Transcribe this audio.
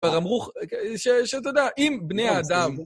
פרמרוך, שאתה יודע, עם בני אדם.